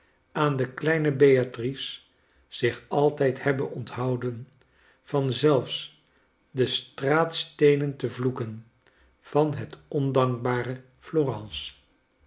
aan de kleine beatrice zich altijd hebbe onthouden van zelfs de straatsteenen te vloeken van het ondankbare